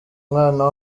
umwana